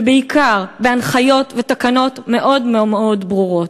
ובעיקר בהנחיות ותקנות מאוד מאוד ברורות.